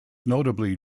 notably